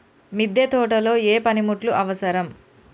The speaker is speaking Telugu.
మిద్దె తోటలో ఏ పనిముట్లు అవసరం?